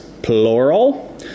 Plural